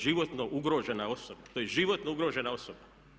Životno ugrožena osoba, to je životno ugrožena osoba.